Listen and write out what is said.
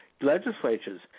legislatures